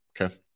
Okay